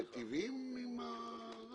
מטיבים איתם או לא?